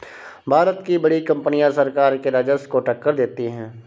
भारत की बड़ी कंपनियां सरकार के राजस्व को टक्कर देती हैं